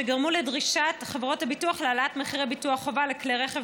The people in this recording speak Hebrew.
שגרמו לדרישת חברות הביטוח להעלאת מחירי ביטוח רכב חובה לכלי רכב,